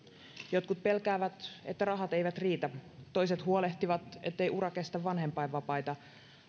jotkut pelkäävät että rahat eivät riitä toiset huolehtivat ettei ura kestä vanhenpainvapaita